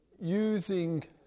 using